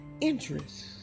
interest